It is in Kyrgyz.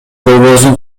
болбосун